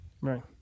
Right